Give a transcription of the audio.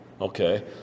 Okay